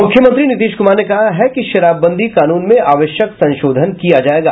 मुख्यमंत्री नीतीश कुमार ने कहा है कि शराबबंदी कानून में आवश्यक संशोधन किया जायेगा